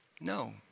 No